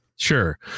Sure